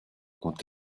quand